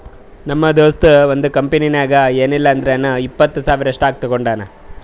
ನಮ್ ದೋಸ್ತ ಒಂದ್ ಕಂಪನಿನಾಗ್ ಏನಿಲ್ಲಾ ಅಂದುರ್ನು ಇಪ್ಪತ್ತ್ ಸಾವಿರ್ ಸ್ಟಾಕ್ ತೊಗೊಂಡಾನ